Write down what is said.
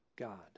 God